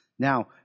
Now